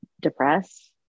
depressed